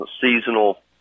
seasonal